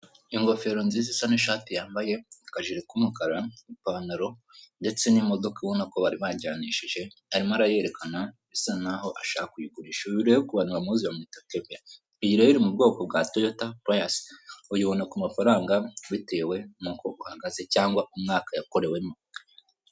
Ingofero nziza isa n'ishati yambaye akajiri k'umukara ipantaro ndetse n'imodoka ubona ko bari bajyanishije arimo arayerekana asa naho ashaka kuyigurisha. Uyu rero ku bantu bamuzi bamwitatebe keve, iyi rero iri mu bwoko bwa toyota layasi, uyibona ku mafaranga bitewe n'uko uhagaze cyangwa umwaka yakorewemo.